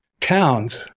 towns